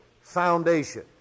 foundation